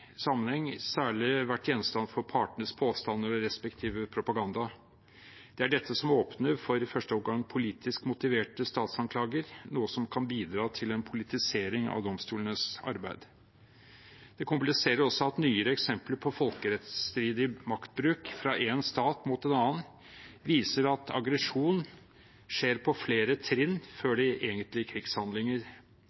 sammenheng særlig vært gjenstand for partenes påstander og respektive propaganda. Det er dette som åpner for i første omgang politisk motiverte statsanklager, noe som kan bidra til en politisering av domstolenes arbeid. Det kompliserer også at nyere eksempler på folkerettsstridig maktbruk fra én stat mot en annen viser at aggresjon skjer på flere trinn før